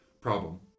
problem